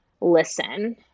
listen